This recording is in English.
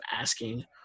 asking